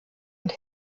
und